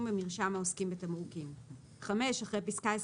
במרשם העוסקים בתמרוקים"; (5)אחרי פסקה (26ד)